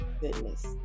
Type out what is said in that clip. Goodness